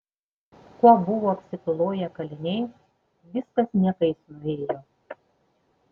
kuo buvo apsitūloję kaliniai viskas niekais nuėjo